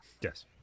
Yes